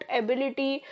ability